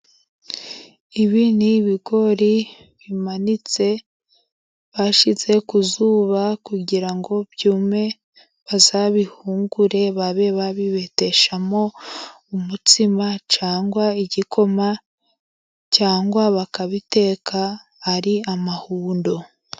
Ibi ni ibigori bimanitse bashyize ku zuba kugira ngo byume bazabihungure, babe babibeteshamo umutsima cyangwa igikoma, cyangwa bakabiteka ari amahundo.